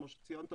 כמו שציינת,